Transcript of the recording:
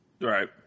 right